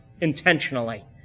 intentionally